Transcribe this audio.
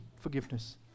forgiveness